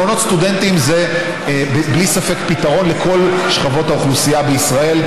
מעונות סטודנטים הם בלי ספק פתרון לכל שכבות האוכלוסייה בישראל,